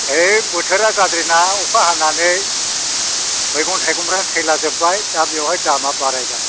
है बोथोरा गाज्रि ना अखा हानानै मैगं थाइगंफ्रानो थैलाजोबबाय दा बियावहाय दामा बारायबाय